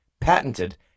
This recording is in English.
patented